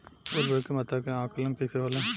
उर्वरक के मात्रा के आंकलन कईसे होला?